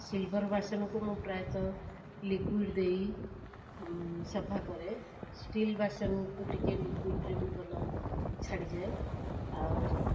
silver ବାସନକୁ ମୁଁ ପ୍ରାୟତଃ ଲିକୁଇଡ଼ ଦେଇ ସଫା କରେ ଷ୍ଟିଲ ବାସନକୁ ଟିକିଏ ଲିକୁଇଡ଼ରେ ବି ଭଲ ଛାଡ଼ିଯାଏ ଆଉ